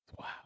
Wow